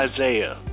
Isaiah